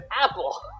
apple